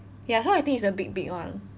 ya so I think it's the big big one